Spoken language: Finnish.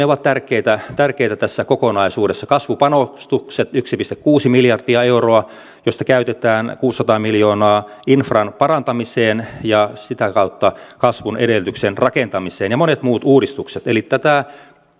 ovat tärkeitä tässä kokonaisuudessa kasvupanostukset yksi pilkku kuusi miljardia euroa josta käytetään kuusisataa miljoonaa infran parantamiseen ja sitä kautta kasvun edellytysten rakentamiseen ja monet muut uudistukset eli tätä